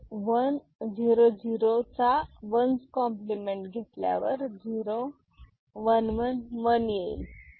मग 1000 चा ones complement घेतल्यावर 0111 येईल